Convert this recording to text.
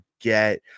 get